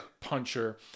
puncher